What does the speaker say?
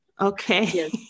Okay